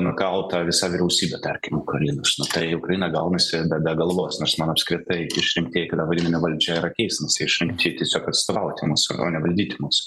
nukalta visa vyriausybė tarkim ukrainos nu tai ukraina gaunasi be be galvos nors man apskritai išrinktieji kada vadybinė valdžia yra keismas jie išrinkti tiesiog atstovauti mūsų o ne bandyti mus